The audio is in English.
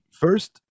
first